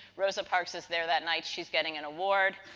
rosa park is there that night, she's getting an award.